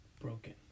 broken